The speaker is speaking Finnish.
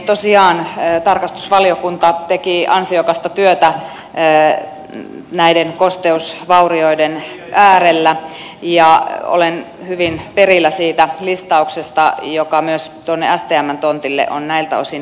tosiaan tarkastusvaliokunta teki ansiokasta työtä näiden kosteusvaurioiden äärellä ja olen hyvin perillä siitä listauksesta joka myös tuonne stmn tontille on näiltä osin tullut